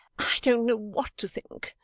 i don't know what to think,